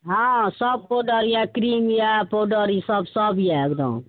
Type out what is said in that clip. हँ सब पाउडर यऽ क्रीम यऽ पाउडर ईसब सब यऽ एकदम